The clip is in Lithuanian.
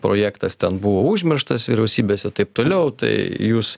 projektas ten buvo užmirštas vyriausybės ir taip toliau tai jūs